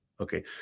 Okay